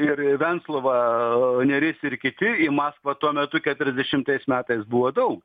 ir venclova nėris ir kiti į maskvą tuo metu keturiasdešimtais metais buvo daug